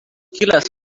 kilęs